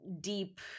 deep